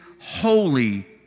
holy